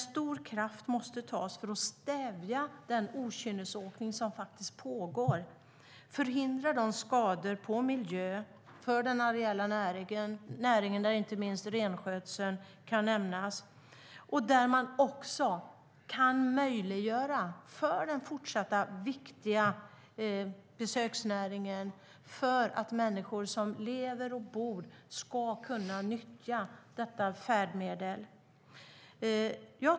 Stora krafttag måste tas för att stävja den okynnesåkning som faktiskt pågår, för att förhindra skador på miljön och på den areella näringen där inte minst renskötseln kan nämnas, och för att möjliggöra den fortsatta, viktiga besöksnäringen och att människor som lever och bor i snöskoterområden ska kunna nyttja detta färdmedel.